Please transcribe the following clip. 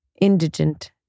indigent